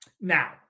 Now